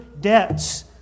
debts